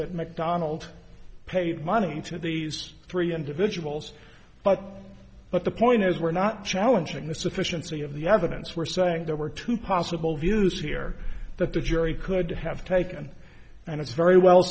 that macdonald paid money to these three individuals but but the point is we're not challenging the sufficiency of the evidence we're saying there were two possible views here that the jury could have taken and it's very well